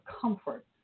comfort